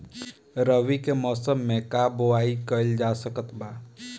रवि के मौसम में का बोआई कईल जा सकत बा?